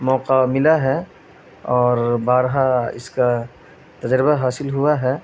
موقع ملا ہے اور بارہا اس کا تجربہ حاصل ہوا ہے